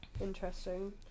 interesting